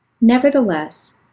Nevertheless